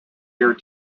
year